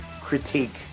critique